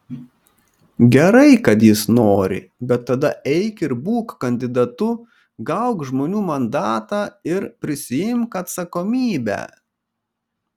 gerai kad jis nori bet tada eik ir būk kandidatu gauk žmonių mandatą ir prisiimk atsakomybę